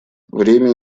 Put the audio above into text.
время